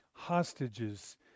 Hostages